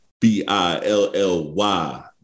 B-I-L-L-Y